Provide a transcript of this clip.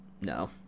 No